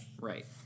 Right